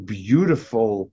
beautiful